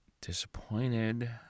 disappointed